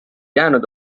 jäänud